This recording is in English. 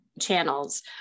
channels